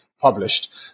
published